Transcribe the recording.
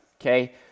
okay